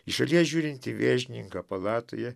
iš šalies žiūrint į vėžininką palatoje